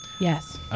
Yes